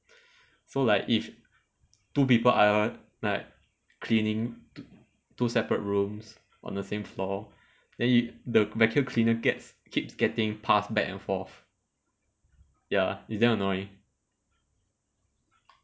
so like if two people are like cleaning t~ two separate rooms on the same floor then you the vacuum cleaner gets keeps getting pass back and forth ya it's damn annoying